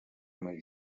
muri